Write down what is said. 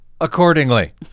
accordingly